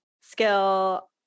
skill